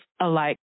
alike